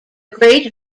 great